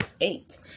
eight